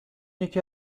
یکی